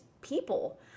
people